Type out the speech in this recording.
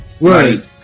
Right